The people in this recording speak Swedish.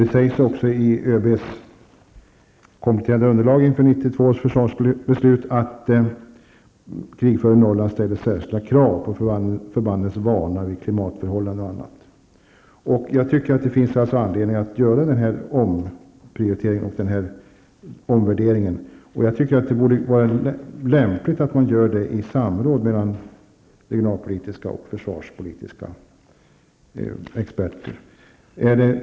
Det sägs också i ÖBs kompletterande underlag inför 1992 års försvarsbeslut att krigföringen i Norrland ställer särskilda krav på förbandens vana vid klimatförhållanden och annat. Det finns all anledning att göra denna omprioritering och omvärdering. Jag tycker att det vore lämpligt att göra detta i samråd med regionalpolitiska och försvarspolitiska experter.